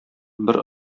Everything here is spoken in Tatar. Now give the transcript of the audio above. бер